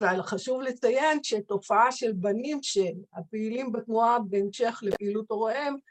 אבל חשוב לציין שתופעה של בנים שהפעילים בתנועה בהמשך לפעילות הוריהם